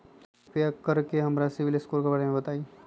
कृपा कर के हमरा सिबिल स्कोर के बारे में बताई?